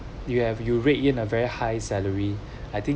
you have you rake in a very high salary I think